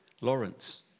Lawrence